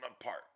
apart